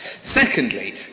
Secondly